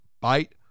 bite